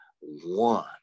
one